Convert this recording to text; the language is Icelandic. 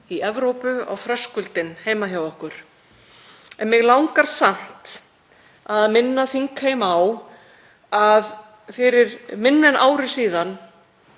í Evrópu, á þröskuldinn heima hjá okkur. Mig langar samt að minna þingheim á að fyrir minna en ári síðan